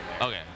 Okay